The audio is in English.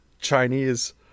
Chinese